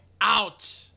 out